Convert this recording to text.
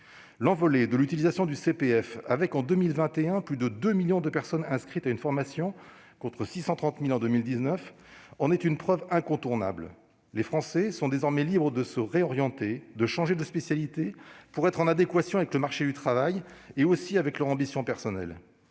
personnel de formation (CPF), avec en 2021 plus de 2 millions de personnes inscrites à une formation, contre 630 000 en 2019, en est une preuve incontournable. Les Français sont désormais libres de se réorienter, de changer de spécialité pour être en adéquation avec le marché du travail et avec leur ambition personnelle.